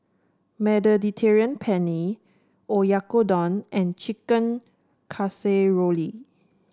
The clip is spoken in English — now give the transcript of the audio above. Mediterranean Penne Oyakodon and Chicken Casserole